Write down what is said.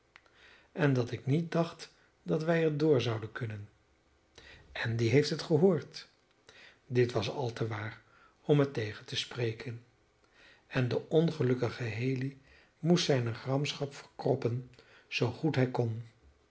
en dat ik niet dacht dat wij er door zouden kunnen andy heeft het gehoord dit was al te waar om het tegen te spreken en de ongelukkige haley moest zijne gramschap verkroppen zoo goed hij kon